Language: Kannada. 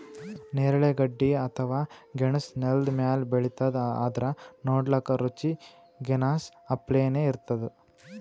ನೇರಳೆ ಗಡ್ಡಿ ಅಥವಾ ಗೆಣಸ್ ನೆಲ್ದ ಮ್ಯಾಲ್ ಬೆಳಿತದ್ ಆದ್ರ್ ನೋಡಕ್ಕ್ ರುಚಿ ಗೆನಾಸ್ ಅಪ್ಲೆನೇ ಇರ್ತದ್